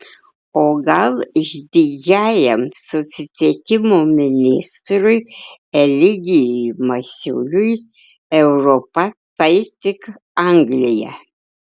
o gal išdidžiajam susisiekimo ministrui eligijui masiuliui europa tai tik anglija